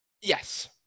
yes